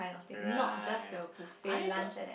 right I don't